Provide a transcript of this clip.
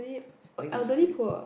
think is a bit